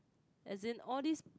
as in all these